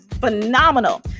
phenomenal